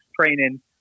training